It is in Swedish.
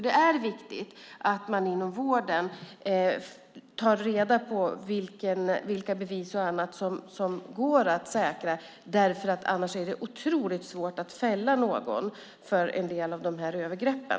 Det är viktigt att man inom vården tar reda på vilka bevis och annat som går att säkra. Annars är det otroligt svårt att fälla någon för övergreppen.